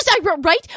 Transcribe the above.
right